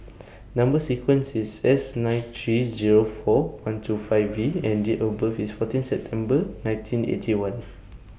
Number sequence IS S nine three Zero four one two five V and Date of birth IS fourteen September nineteen Eighty One